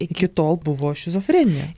iki tol buvo šizofrenija